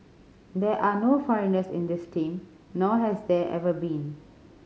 there are no foreigners in this team nor has there ever been